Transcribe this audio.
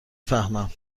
فهمم